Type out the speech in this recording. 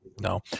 No